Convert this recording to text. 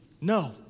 No